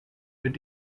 mit